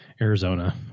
Arizona